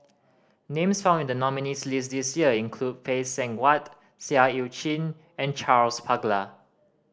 names found in the nominees' list this year include Phay Seng Whatt Seah Eu Chin and Charles Paglar